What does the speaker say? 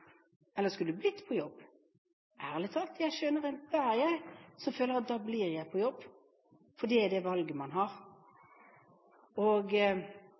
eller skulle du blitt på jobb? Ærlig talt: Jeg skjønner enhver som føler at de da blir værende på jobb, fordi det er det valget man har.